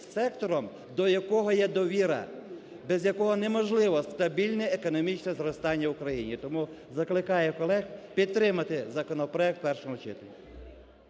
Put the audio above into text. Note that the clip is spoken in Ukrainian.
сектором, до якого є довіра, без якого неможливо стабільне економічне зростання в Україні. Тому закликаю колег підтримати законопроект в першому читанні.